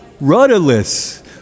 rudderless